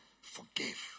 Forgive